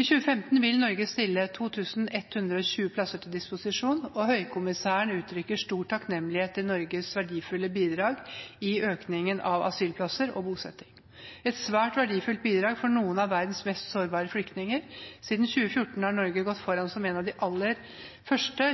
I 2015 vil Norge stille 2 120 plasser til disposisjon, og høykommissæren uttrykker stor takknemlighet til Norges verdifulle bidrag i økningen av asylplasser og bosetting. Det er et svært verdifullt bidrag for noen av verdens mest sårbare flyktninger. Siden 2014 har Norge gått foran som et av de aller første